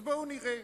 אז בואו נראה,